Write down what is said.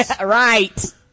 Right